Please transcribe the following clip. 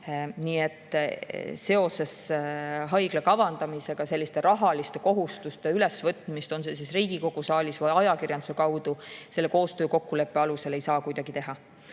Nii et seoses haigla kavandamisega ei saa sellist rahaliste kohustuste ülesvõtmist, on see siis Riigikogu saalis või ajakirjanduse kaudu, selle koostöökokkuleppe alusel kuidagi teha.